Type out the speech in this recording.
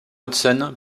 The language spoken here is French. hudson